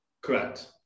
correct